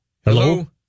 Hello